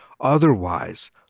Otherwise